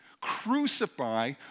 crucify